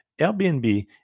Airbnb